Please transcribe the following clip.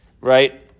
right